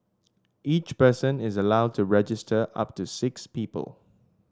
each person is allowed to register up to six people